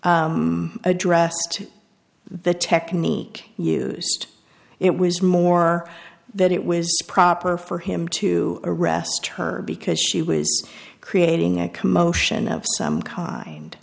even addressed the technique used it was more that it was proper for him to arrest her because she was creating a commotion of some kind